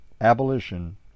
Abolition